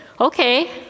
Okay